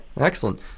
Excellent